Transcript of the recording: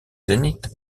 zénith